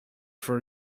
for